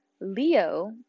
Leo